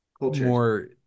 more